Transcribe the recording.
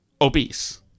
obese